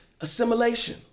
assimilation